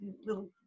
little